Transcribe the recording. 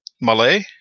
Malay